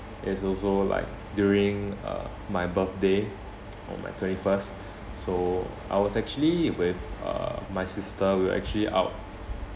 there's also like during uh my birthday on my twenty first so I was actually with uh my sister we were actually out